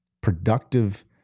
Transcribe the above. productive